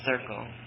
circle